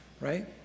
Right